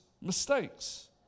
mistakes